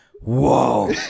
Whoa